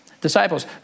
Disciples